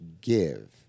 give